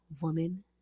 Woman